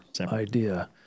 idea